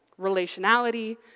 relationality